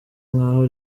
nk’aho